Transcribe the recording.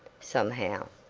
somehow.